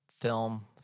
film